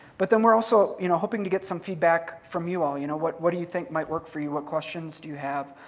but then we're also you know hoping to get some feedback from you all. you know what what do you think might work for you? what questions do you have?